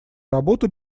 работу